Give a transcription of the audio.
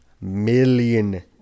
million